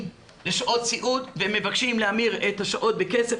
הזכאים לשעות סיעוד ומבקשים להמיר את השעות בכסף,